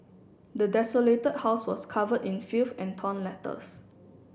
the desolated house was covered in filth and torn letters